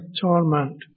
torment